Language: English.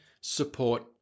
support